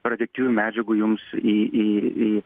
radioaktyvių medžiagų jums į į į